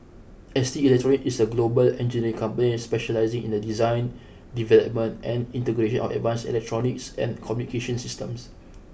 S T Electronics is a global engineering company specialising in the design development and integration of advanced electronics and communications systems